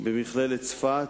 במכללת צפת,